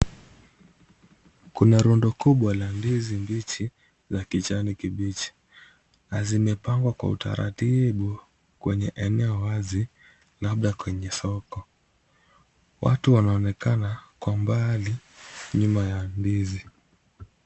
Kuna rundo kubwa la ndizi mbichi la kijani kibichi na zimepangwa kwa utaratibu kwenye eneo wazi labda kwenye soko. Watu wanaonekana kwa umbali nyuma ya ndizi.